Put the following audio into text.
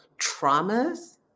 traumas